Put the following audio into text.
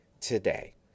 today